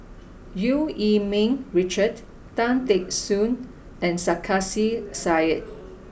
Eu Yee Ming Richard Tan Teck Soon and Sarkasi Said